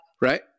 right